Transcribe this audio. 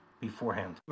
beforehand